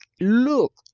look